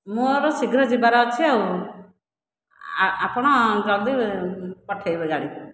ମୋର ଶୀଘ୍ର ଯିବାର ଅଛି ଆଉ ଆପଣ ଜଲ୍ଦି ପଠେଇବେ ଗାଡ଼ି